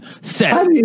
Set